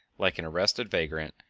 like an arrested vagrant,